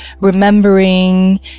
remembering